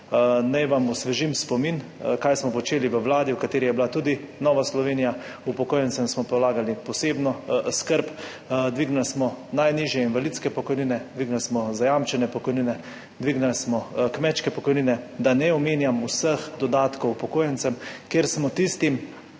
Naj vam osvežim spomin, kaj smo počeli v vladi, v kateri je bila tudi Nova Slovenija. Upokojencem smo polagali posebno skrb, dvignili smo najnižje invalidske pokojnine, dvignili smo zajamčene pokojnine, dvignili smo kmečke pokojnine, da ne omenjam vseh dodatkov upokojencem, kjer smo tistim,